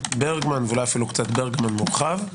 ברגמן וברגמן מורחב,